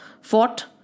fought